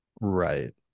Right